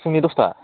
फुंनि दस्था